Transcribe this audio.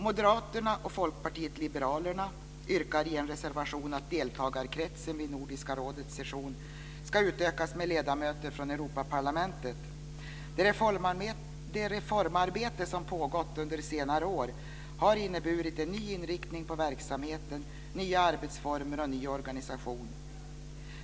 Moderaterna och Folkpartiet liberalerna yrkar i en reservation att deltagarkretsen vid Nordiska rådets sessioner ska utökas med ledamöter från Europaparlamentet. Det reformarbete som pågått under senare år har inneburit en ny inriktning på verksamheten, nya arbetsformer och ny organisation.